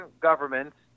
governments